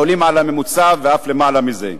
העולות על הממוצע ואף למעלה מזה.